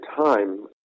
time